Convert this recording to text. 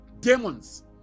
demons